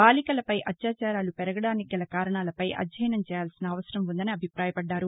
బాలికలపై అత్యాచారాలు పెరగడానికి గల కారణాలపై అధ్యయనం చేయాల్సిన అవసరం ఉందని అభిప్రాయపడ్దారు